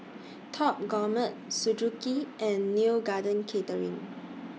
Top Gourmet Suzuki and Neo Garden Catering